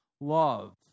love